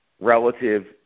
relative